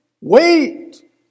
Wait